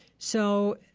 so,